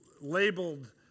labeled